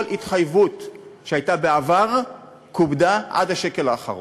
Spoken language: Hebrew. כל התחייבות שהייתה בעבר כובדה עד השקל האחרון.